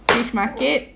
fish market